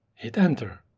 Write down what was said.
hit enter.